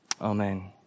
Amen